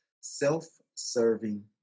self-serving